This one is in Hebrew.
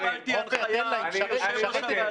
--- חברים, אני מבקש.